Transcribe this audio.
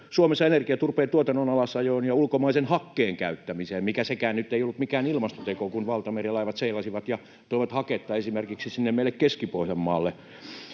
Suomessa energiaturpeen tuotannon alasajoon ja ulkomaisen hakkeen käyttämiseen, mikä sekään nyt ei ollut mikään ilmastoteko, kun valtamerilaivat seilasivat ja toivat haketta esimerkiksi meille Keski-Pohjanmaalle.